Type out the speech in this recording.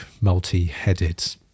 multi-headed